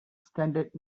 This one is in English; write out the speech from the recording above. standard